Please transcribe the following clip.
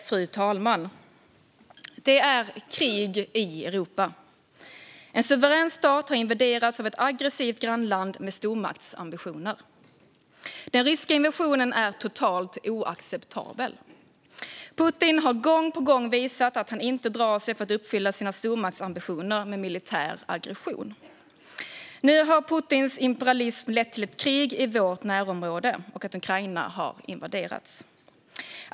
Fru talman! Det är krig i Europa. En suverän stat har invaderats av ett aggressivt grannland med stormaktsambitioner. Den ryska invasionen är totalt oacceptabel. Putin har gång på gång visat att han inte drar sig för att uppfylla sina stormaktsambitioner med militär aggression. Nu har Putins imperialism lett till ett krig i vårt närområde, och Ukraina har invaderats.